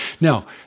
now